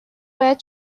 باید